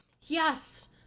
yes